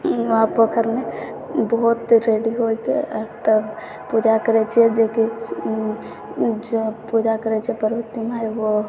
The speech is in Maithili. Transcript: वहाँ पोखरमे बहुत रेडी होइके तब पूजा करै छिए जेकि ओ जे पूजा करै छै पर्वमे एगो